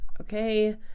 Okay